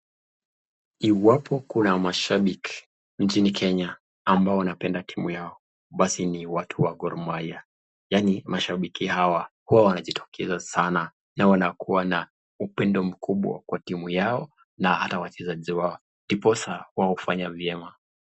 Iwapo Kuna mashabiki nchini kenya ambao wanaipenda timu Yao basi ni watu wa gormaya yaani mashabiki hao hutokezea sana na wanakuwa na upendo mkubwa kwa timu Yao na hata wachezaji ndiposa wao ufanya vyema.